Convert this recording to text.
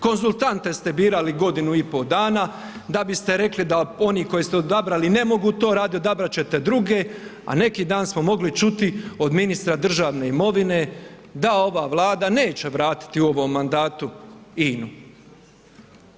Konzultante ste birali godinu i po dana da biste rekli da oni koje ste odabrali ne mogu to radit, odabrat ćete druge, a neki dan smo mogli čuti od ministra državne imovine da ova Vlada neće vratiti u ovom mandatu INA-u.